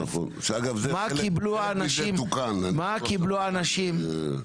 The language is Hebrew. מה קיבלו האנשים?